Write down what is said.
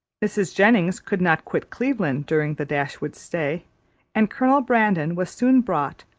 mrs. jennings could not quit cleveland during the dashwoods' stay and colonel brandon was soon brought,